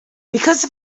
because